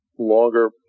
longer